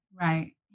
Right